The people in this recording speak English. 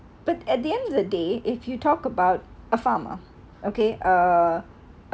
but at the end of the day if you talk about a farmer okay uh